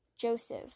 Joseph